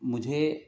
مجھے